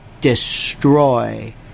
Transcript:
destroy